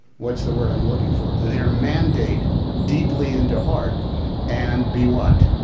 what's the word i'm looking for? their mandate deeply into heart and be what?